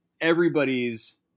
everybody's